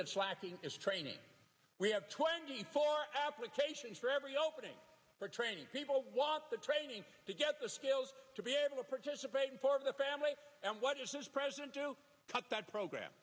that's lacking training we have twenty four applications for every opening or training people want the training to get the skills to be able to participate for the family and what does this president do cut that program